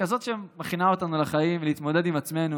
לכזאת שמכינה אותנו לחיים ולהתמודד עם עצמנו,